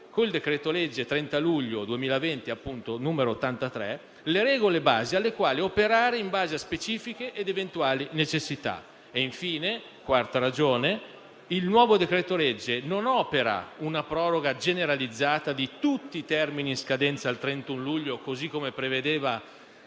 col decreto-legge n. 83 del 30 luglio 2020, le regole sulla base delle quali operare, in base a specifiche ed eventuali necessità. Infine, la quarta ragione è che il nuovo decreto-legge non opera una proroga generalizzata di tutti i termini in scadenza al 31 luglio, così come prevedeva